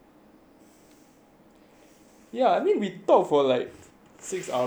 ya I mean we talk for like six hours eh around day and night right